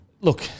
look